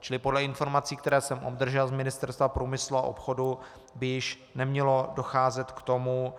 Čili podle informací, které jsem obdržel z Ministerstva průmyslu a obchodu, by již nemělo docházet k tomu,